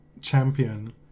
champion